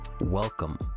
welcome